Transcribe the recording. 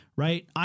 right